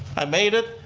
i made it.